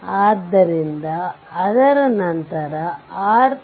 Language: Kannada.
ಆದ್ದರಿಂದ ಅದರ ನಂತರ RThevenin